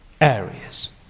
areas